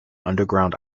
underground